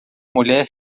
mulher